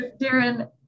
Darren